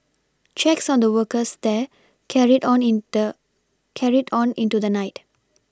checks on the workers there carried on in the carried on into the night